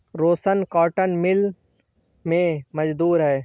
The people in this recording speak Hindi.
रोशन कॉटन मिल में मजदूर है